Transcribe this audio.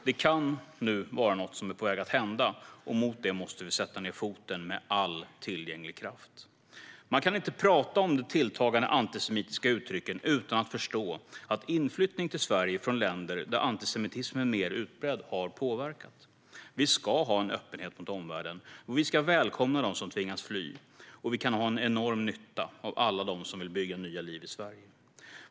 Det kan nu vara något som är på väg att hända, och mot det måste vi sätta ned foten med all tillgänglig kraft. Man kan inte prata om de tilltagande antisemitiska uttrycken utan att förstå att inflyttning till Sverige från länder där antisemitismen är mer utbredd har påverkat. Vi ska ha en öppenhet mot omvärlden. Vi ska välkomna dem som tvingas fly, och vi kan ha enorm nytta av alla dem som vill bygga ett nytt liv i Sverige.